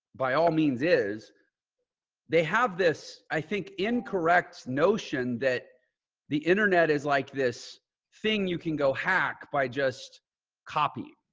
by all means is they have this, i think incorrect notion that the internet is like this thing, you can go hack by just copied.